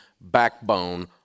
backbone